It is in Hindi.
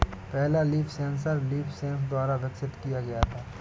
पहला लीफ सेंसर लीफसेंस द्वारा विकसित किया गया था